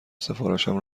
سفارشم